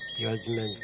judgment